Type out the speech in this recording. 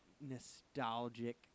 nostalgic